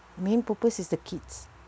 main purpose is the kids